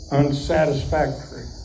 unsatisfactory